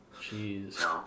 Jeez